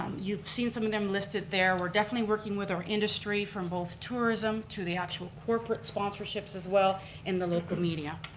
you've seen some of them listed there, and we're definitely working with our industry from both tourism to the actual corporate sponsorships as well and the local media.